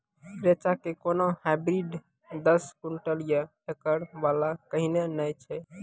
रेचा के कोनो हाइब्रिड दस क्विंटल या एकरऽ वाला कहिने नैय छै?